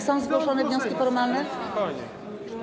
Są zgłoszone wnioski formalne?